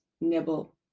nibble